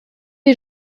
des